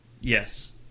Yes